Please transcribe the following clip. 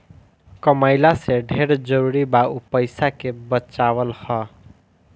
कमइला से ढेर जरुरी उ पईसा के बचावल हअ